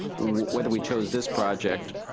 whether we chose this project,